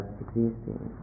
existing